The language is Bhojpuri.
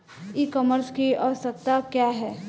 ई कॉमर्स की आवशयक्ता क्या है?